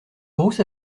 rousse